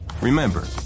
Remember